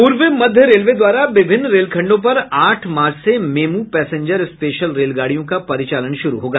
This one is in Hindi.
पूर्व मध्य रेलवे द्वारा विभिन्न रेलखंडों पर आठ मार्च से मेमू पैसेंजर स्पेशल रेलगाड़ियों का परिचालन शुरू होगा